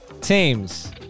teams